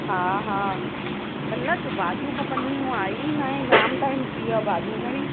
हा हा अलाइ छो भाॼियूं खपंदी हुइयूं आई ई न आहे जाम टाइम थी वियो आहे भाॼियूं खणी